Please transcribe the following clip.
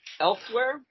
elsewhere